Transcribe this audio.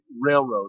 Railroad